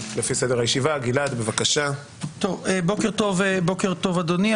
בוקר טוב אדוני.